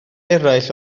eraill